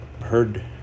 heard